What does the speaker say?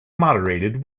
moderated